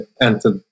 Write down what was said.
entered